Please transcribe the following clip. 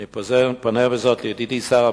אני פונה בזאת לידידי שר הפנים,